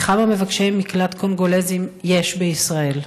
כמה מבקשי מקלט קונגולזים ישנם בישראל?